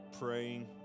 praying